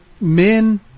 Men